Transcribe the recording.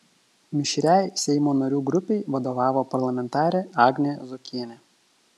mišriai seimo narių grupei vadovavo parlamentarė agnė zuokienė